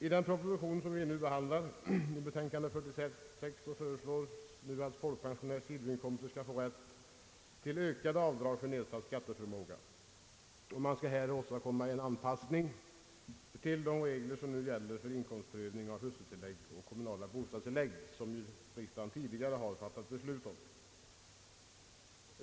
I den proposition som ligger till grund för bevillningsutskottets betänkande nr 46, som vi nu behandlar, föreslås att folkpensionärer skall få rätt till ökat avdrag för nedsatt skatteförmåga och att man här skall åstadkomma en anpassning till de regler som nu gäller för inkomstprövning av hustrutillägg och kommunala bostadstillägg, vilka förmåner riksdagen tidigare fattat beslut om.